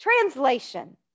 Translation